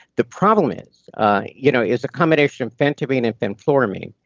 the problem is you know it's a combination of phentermine and fenfluramine,